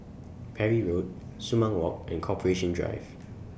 Parry Road Sumang Walk and Corporation Drive